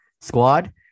squad